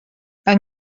yng